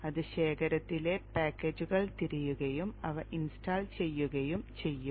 ഇത് ശേഖരത്തിലെ പാക്കേജുകൾ തിരയുകയും അവ ഇൻസ്റ്റാൾ ചെയ്യുകയും ചെയ്യും